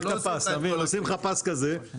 עושים לך פס כזה,